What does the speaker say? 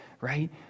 right